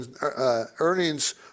earnings